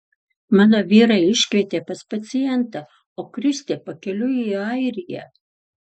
mano vyrą iškvietė pas pacientą o kristė pakeliui į airiją